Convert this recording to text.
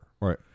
Right